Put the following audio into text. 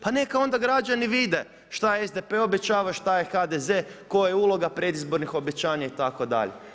Pa neka onda građani vide šta SDP obećava, šta HDZ, koja je uloga predizbornih obećanja itd.